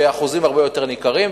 באחוזים הרבה יותר ניכרים.